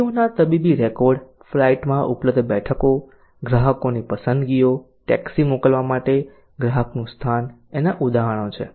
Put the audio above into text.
દર્દીઓના તબીબી રેકોર્ડ ફ્લાઇટમાં ઉપલબ્ધ બેઠકો ગ્રાહકોની પસંદગીઓ ટેક્સી મોકલવા માટે ગ્રાહકનું સ્થાન એનાં ઉદાહરણો છે